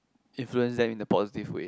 influence them in the positive way